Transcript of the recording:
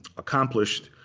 accomplished.